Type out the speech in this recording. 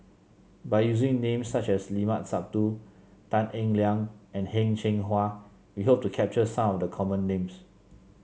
by using names such as Limat Sabtu Tan Eng Liang and Heng Cheng Hwa we hope to capture some the common names